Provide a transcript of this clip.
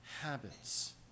habits